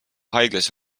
haiglas